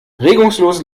regungslos